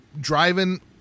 driving